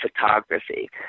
photography